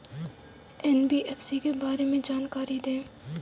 NBFC के बारे में जानकारी दें?